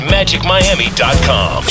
MagicMiami.com